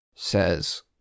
says